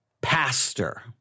pastor